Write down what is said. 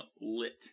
lit